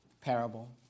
parable